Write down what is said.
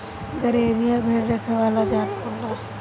गरेरिया भेड़ रखे वाला जात होला